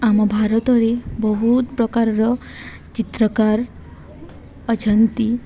ଆମ ଭାରତରେ ବହୁତ ପ୍ରକାରର ଚିତ୍ରକାର ଅଛନ୍ତି